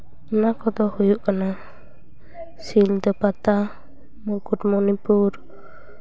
ᱚᱱᱟ ᱠᱚᱫᱚ ᱦᱩᱭᱩᱜ ᱠᱟᱱᱟ ᱥᱤᱞᱫᱟᱹ ᱯᱟᱛᱟ ᱢᱩᱠᱩᱴᱢᱚᱱᱤᱯᱩᱨ